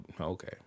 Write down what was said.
okay